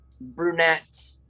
Brunette